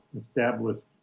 established